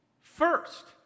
first